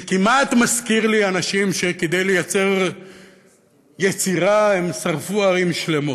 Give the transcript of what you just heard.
זה כמעט מזכיר לי אנשים שכדי לייצר יצירה הם שרפו ערים שלמות.